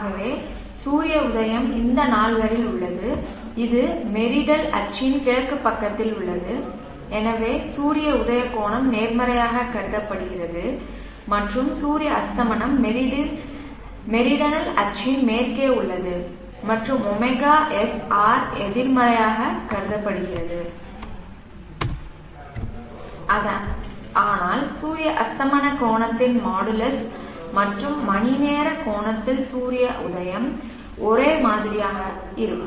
ஆகவே சூரிய உதயம் இந்த நால்வரில் உள்ளது இது மெரிடல் அச்சின் கிழக்குப் பக்கத்தில் உள்ளது எனவே சூரிய உதயக் கோணம் நேர்மறையாகக் கருதப்படுகிறது மற்றும் சூரிய அஸ்தமனம் மெரிடனல் அச்சின் மேற்கே உள்ளது மற்றும் ωSr எதிர்மறையாகக் கருதப்படுகிறது ஆனால் சூரிய அஸ்தமன கோணத்தின் மாடுலஸ் மற்றும் மணிநேர கோணத்தில் சூரிய உதயம் ஒரே மாதிரியாக இருக்கும்